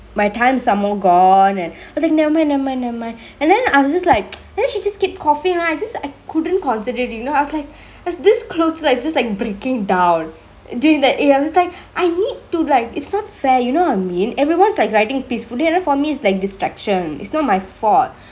my time somemore gone and I said never mind never mind never mind and then I was just like then she just keep coughingk right just I couldn't concentrate you know I was like I was this close to just like breakingk down duringk that eh I was like I need to like its not fair you know what I mean everyone's like writingk peacefully and then for me it's like distraction it's not my fault